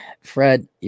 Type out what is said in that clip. Fred